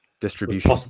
distribution